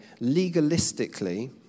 legalistically